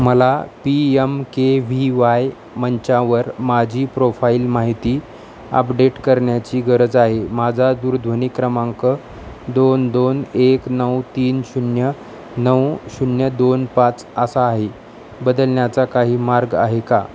मला P M K V Y मंचावर माझी प्रोफाईल माहिती अपडेट करण्याची गरज आहे माझा दुरध्वनी क्रमांक दोन दोन एक नऊ तीन शून्य नऊ शून्य दोन पाच असा आहे बदलण्याचा काही मार्ग आहे का